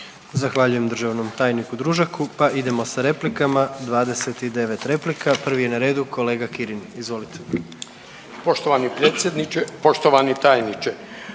Zahvaljujem državnom tajniku Družaku, pa idemo sa replikama 29 replika. Pri je na redu kolega Kirin, izvolite. **Kirin, Ivan (HDZ)** Poštovani predsjedniče, poštovani tajniče.